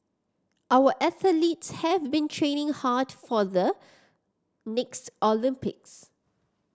our athletes have been training hard for the next Olympics